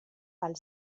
pel